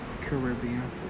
caribbean